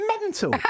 mental